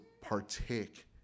partake